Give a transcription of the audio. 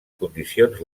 condicions